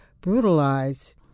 brutalized